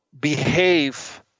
behave